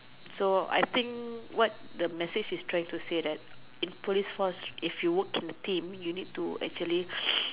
so I think what the message they trying to say that in police force if you work in the team you need to actually